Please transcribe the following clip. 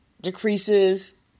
decreases